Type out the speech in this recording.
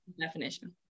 definition